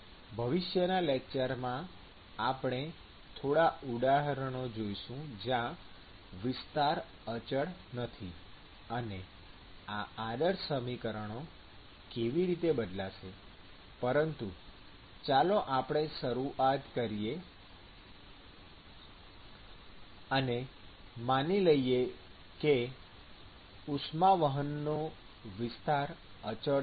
ભવિષ્યના લેક્ચર્સમાં આપણે થોડા ઉદાહરણો જોઇશું જ્યાં વિસ્તાર અચળ નથી અને આ આદર્શ સમીકરણો કેવી રીતે બદલાશે પરંતુ ચાલો આપણે શરૂઆત કરીએ અને માની લઈએ કે ઉષ્મા વહનનો વિસ્તાર અચળ છે